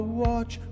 watch